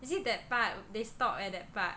is it that but they stop at that part